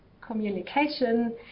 communication